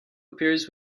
appears